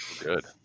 Good